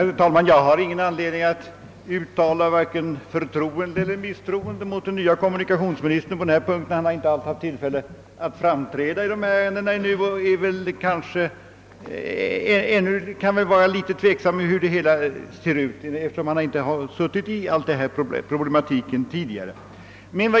Herr talman! Jag har ingen anledning att uttala vare sig förtroende för eller misstroende mot den nye kommunikationsministern på denna punkt. Han har inte haft tillfälle att framträda i detta ärende ännu och kan väl vara litet tveksam om hur frågan ligger till, eftersom han inte haft att ta ställning till denna problematik tidigare.